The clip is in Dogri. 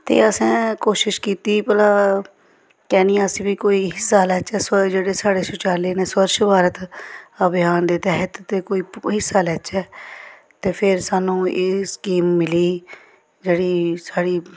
ते असें कोशिश कीती भला कैह् नी अस बी कोई हिस्सा लैचै जेह्ड़े साढ़े शौचालय न स्वच्छ भारत अभियान दे तैह्त ते कोई हिस्सा लैचै ते फिर सानूं एह् स्कीम मिली जेह्ड़ी साढ़ी